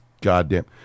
goddamn